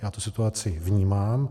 Já tu situaci vnímám.